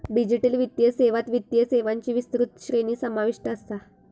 digital वित्तीय सेवात वित्तीय सेवांची विस्तृत श्रेणी समाविष्ट असा